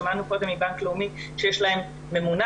שמענו קודם מבנק לאומי שיש להם ממונה